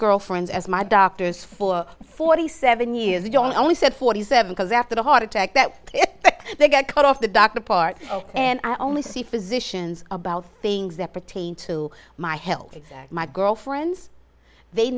girlfriends as my doctors for forty seven years you only said forty seven days after the heart attack that they got cut off the doctor part and i only see physicians about things that pertain to my health exact my girlfriends they